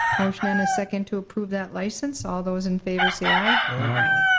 motion and a second to approve that license. all those in favor say aye. aye.